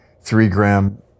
three-gram